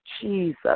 Jesus